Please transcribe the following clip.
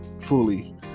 fully